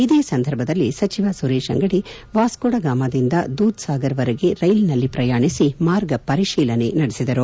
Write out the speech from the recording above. ಇದೇ ಸಂದರ್ಭದಲ್ಲಿ ಸಚಿವ ಸುರೇಶ ಅಂಗಡಿ ವಾಸ್ಕೋಡಗಮಾದಿಂದ ದೂದಸಾಗರ್ ವರೆಗೆ ರೈಲಿನಲ್ಲಿ ಪ್ರಯಾಣಿಸಿ ಮಾರ್ಗ ಪರಿಶೀಲನೆ ನಡೆಸಿದರು